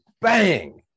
bang